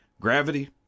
gravity